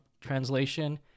translation